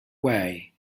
way